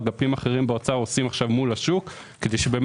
אגפים באוצר עושים כעת מול השוק כדי שגם